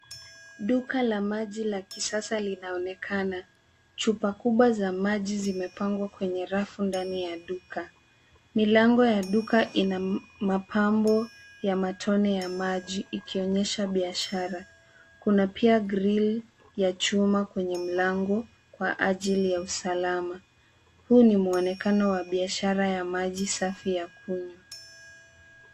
Duka la maji la kisasa linaonekana. Chupa kubwa za maji zimepangwa kwenye rafu ndani ya duka. Milango ya duka ina mapambo ya matone ya maji, ikionyesha aina ya biashara. Kuna pia grill ya chuma kwenye milango kwa ajili ya usalama. Huu ni muonekano wa biashara ya maji safi ya kunywa.